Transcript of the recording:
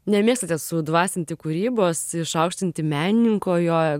nemėgstate sudvasinti kūrybos išaukštinti menininko jo